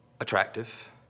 attractive